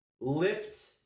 lift